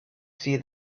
see